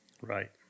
Right